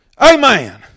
Amen